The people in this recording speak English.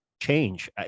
change